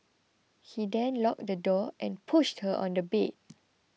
he then locked the door and pushed her on the bed